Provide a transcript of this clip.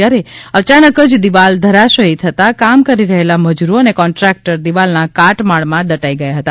ત્યારે અયાનક જ દિવાલ ધરાશાયી થતા કામ કરી રહેલા મજૂરો અને કોન્ટ્રાક્ટર દિવાલના કાટમાળમાં દટાઇ ગયા હતા